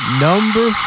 Number